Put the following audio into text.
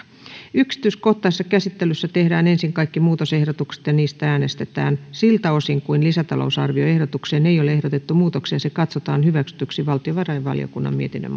yksityiskohtaisessa käsittelyssä tehdään ensin kaikki muutosehdotukset ja sitten niistä äänestetään siltä osin kuin lisätalousarvioehdotukseen ei ole ehdotettu muutoksia se katsotaan hyväksytyksi valtiovarainvaliokunnan mietinnön